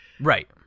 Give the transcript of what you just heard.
Right